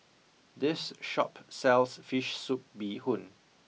this shop sells Fish Soup Bee Hoon